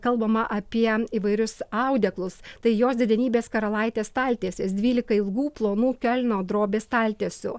kalbama apie įvairius audeklus tai jos didenybės karalaitės staltiesės dvylika ilgų plonų kiolno drobės staltiesių